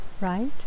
right